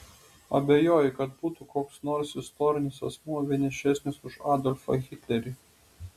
abejoju kad būtų koks nors istorinis asmuo vienišesnis už adolfą hitlerį